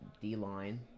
D-line